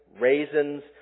raisins